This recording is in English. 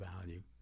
value